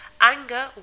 Anger